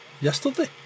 yesterday